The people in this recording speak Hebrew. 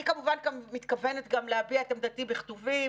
אני כמובן גם מתכוונת להביע את עמדתי בכתובים,